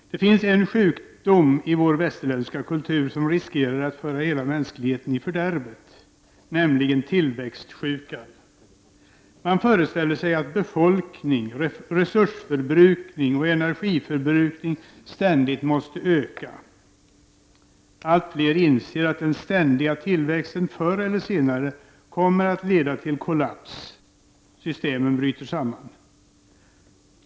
Det finns en sjukdom i vår västerländska kultur som riskerar att föra hela mänskligheten i fördärvet, nämligen tillväxtsjukan. Man föreställer sig att befolkning, resursförbrukning och energiförbrukning ständigt måste öka. Allt fler inser att den ständiga tillväxten förr eller senare kommer att leda till kollaps, systemen bryter samman.